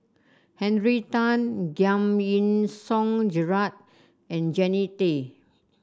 Henry Tan Giam Yean Song Gerald and Jannie Tay